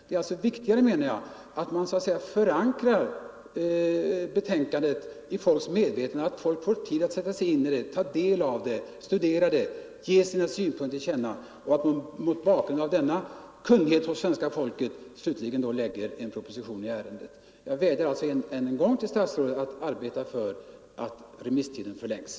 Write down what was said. Det är viktigare att förankra betänkandet i folks medvetande, att människor får tid att ta del av betänkandet, studera det och sätta sig in i det samt ge sina synpunkter till känna och att man mot bakgrund av sådana insikter hos svenska folket slutligen lägger en proposition i ärendet. Jag vädjar än en gång till statsrådet att arbeta för att remisstiden förlängs.